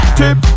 tip